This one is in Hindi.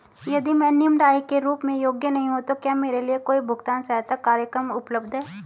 यदि मैं निम्न आय के रूप में योग्य नहीं हूँ तो क्या मेरे लिए कोई भुगतान सहायता कार्यक्रम उपलब्ध है?